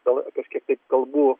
gal kažkiek taip kalbu